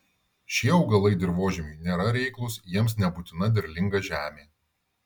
šie augalai dirvožemiui nėra reiklūs jiems nebūtina derlinga žemė